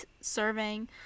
serving